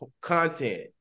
content